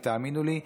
ותאמינו לי,